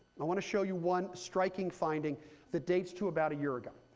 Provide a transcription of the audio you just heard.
i want to show you one striking finding that dates to about a year ago.